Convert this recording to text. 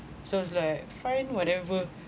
so it's like fine whatever